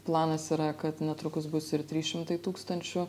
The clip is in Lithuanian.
planas yra kad netrukus bus ir trys šimtai tūkstančių